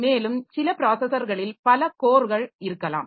மேலும் சில ப்ராஸஸர்களில் பல கோர்கள் இருக்கலாம்